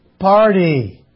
party